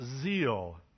zeal